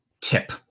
tip